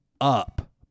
up